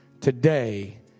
today